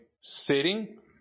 sitting